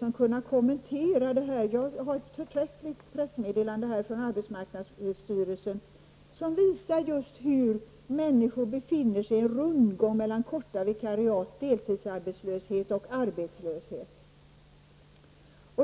hade kunnat kommentera detta. Jag har ett förträffligt pressmeddelande från arbetsmarknadsstyrelsen som visar just hur människor befinner sig i en rundgång mellan korta vikariat, deltidsarbetslöshet och arbetslöshet.